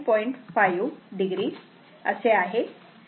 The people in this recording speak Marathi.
5 o असे आहे